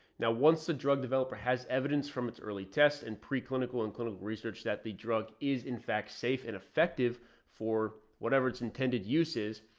now, once the drug developer has evidence from its early tests and preclinical and clinical research that the drug is in fact, safe and effective for whatever its intended uses,